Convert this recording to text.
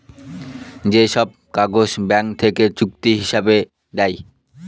যে সব কাগজ ব্যাঙ্ক থেকে চুক্তি হিসাবে দেয়